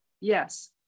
yes